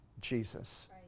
Jesus